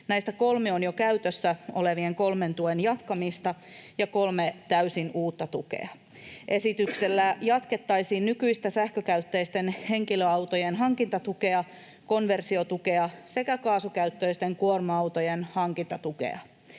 Näistä kolme on jo käytössä olevien kolmen tuen jatkamista ja kolme täysin uutta tukea. Esityksellä jatkettaisiin nykyistä sähkökäyttöisten henkilöautojen hankintatukea, konversiotukea sekä kaasukäyttöisten kuorma-autojen hankintatukea.